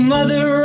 Mother